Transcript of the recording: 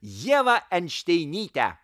ievą enšteinytę